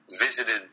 visited